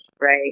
right